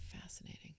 fascinating